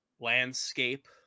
landscape